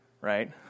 right